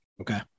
Okay